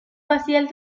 facial